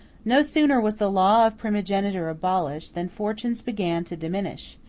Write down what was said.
no sooner was the law of primogeniture abolished than fortunes began to diminish,